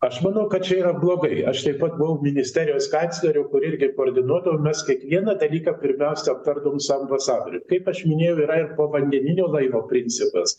aš manau kad čia yra blogai aš taip pat buvau ministerijos kancleriu kur irgi koordinuodavom mes kiekvieną dalyką pirmiausia aptardavom su ambasadorium kaip aš minėjau yra ir povandeninio laivo principas